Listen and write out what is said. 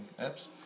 apps